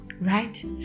right